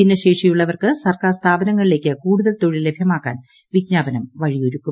ഭിന്നശേഷിയുള്ളവർക്ക് സർക്കാർ സ്ഥാപനങ്ങളിലേക്ക് കൂടുതൽ തൊഴിൽ ലഭൃമാക്കാൻ വിജ്ഞാപനം വഴിയൊരുക്കും